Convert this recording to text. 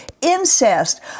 incest